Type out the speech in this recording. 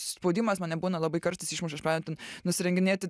spaudimas mane būna labai kartais išmuša aš pradedu ten nusirenginėti